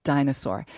Dinosaur